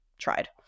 tried